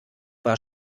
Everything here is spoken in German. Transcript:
war